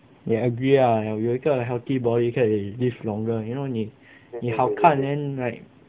ya agree lah 有一个 healthy body 可以 live longer you know 你你好看 then like